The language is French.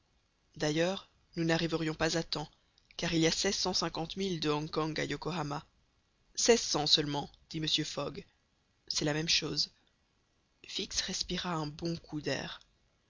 d'ailleurs nous n'arriverions pas à temps car il y a seize cent cinquante milles de hong kong à yokohama seize cents seulement dit mr fogg c'est la même chose fix respira un bon coup d'air